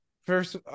first